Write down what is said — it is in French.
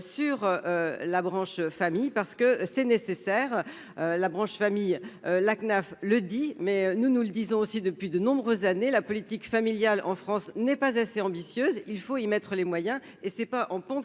sur la branche famille, parce que c'est nécessaire, la branche famille, la CNAF le dit, mais nous, nous le disons aussi depuis de nombreuses années, la politique familiale en France n'est pas assez ambitieuse, il faut y mettre les moyens et ce n'est pas en ponctionnant